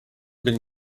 been